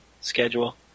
schedule